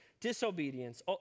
Disobedience